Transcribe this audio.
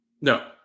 No